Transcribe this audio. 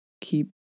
keep